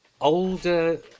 older